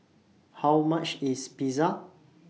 How much IS Pizza